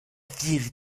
ville